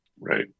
Right